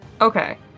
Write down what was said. Okay